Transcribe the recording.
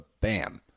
bam